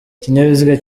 ikinyabiziga